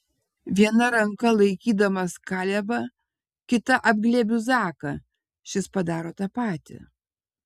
viena ranka laikydamas kalebą kita apglėbiu zaką šis padaro tą patį